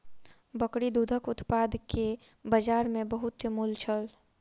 बकरी दूधक उत्पाद के बजार में बहुत मूल्य छल